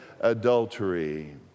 adultery